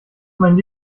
meinen